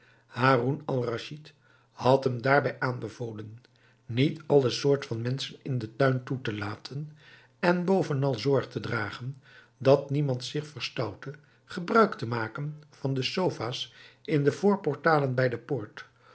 haroun-al-raschid had hem daarbij aanbevolen niet alle soort van menschen in den tuin toe te laten en bovenal zorg te dragen dat niemand zich verstoutte gebruik te maken van de sofa's in de voorportalen bij de poort